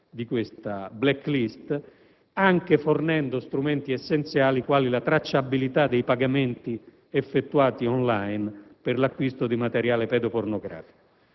suddetta *black list*, anche fornendo strumenti essenziali quali la tracciabilità dei pagamenti effettuati *on line* per l'acquisto di materiale pedopornografico